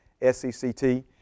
S-E-C-T